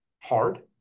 hard